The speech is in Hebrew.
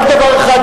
רק דבר אחד,